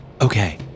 Okay